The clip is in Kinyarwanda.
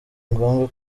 ngombwa